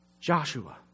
Joshua